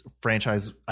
franchise